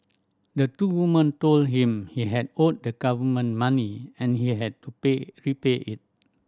the two women told him he had owed the government money and he had to pay repay it